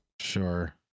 Sure